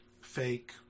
fake